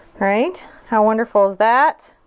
alright. how wonderful is that?